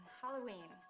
halloween